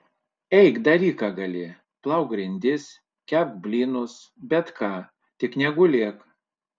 eik daryk ką gali plauk grindis kepk blynus bet ką tik negulėk